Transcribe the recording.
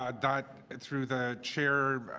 and but through the chair,